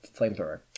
flamethrower